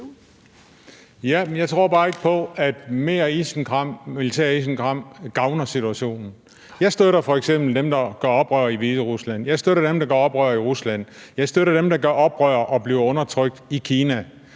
Jeg tror bare ikke på, at mere militært isenkram gavner situationen. Jeg støtter f.eks. dem, der gør oprør i Hviderusland, jeg støtter dem, der gør oprør i Rusland, jeg støtter dem, der gør oprør og bliver undertrykt i Kina,